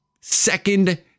second